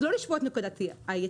אז לא לשבור את נקודת היציאה,